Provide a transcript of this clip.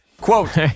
quote